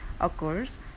occurs